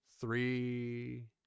three